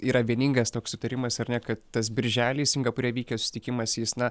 yra vieningas toks sutarimas ar ne kad tas birželį singapūre vykęs susitikimas jis na